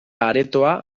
aretoa